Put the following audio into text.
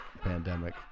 pandemic